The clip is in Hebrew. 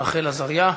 רחל עזריה.